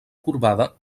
corbada